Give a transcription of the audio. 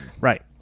right